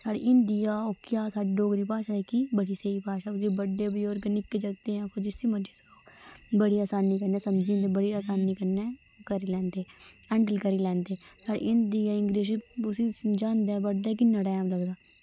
साढ़ी हिंदी ऐ ओह्की ऐ साढ़ी डोगरी भाशा ऐ जेह्की बड़ी स्हेई भाशा ऐ बड्डे बजुर्ग निक्के बच्चे जिस्सी सखाओ बड़ी आसानी कन्नै समझी जंदे बड़ी आसानी कन्नै करी लैंदे हैंडल करी लैंदे हिंदी इंगलिश समझांदे पढ़ांदे किन्ना टैम लगदा